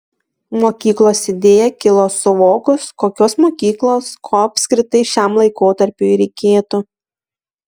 mokyklos idėja kilo suvokus kokios mokyklos ko apskritai šiam laikotarpiui reikėtų